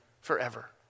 forever